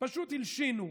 פשוט הלשינו,